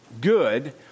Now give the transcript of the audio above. good